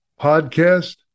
podcast